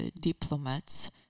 diplomats